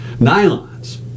Nylons